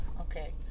okay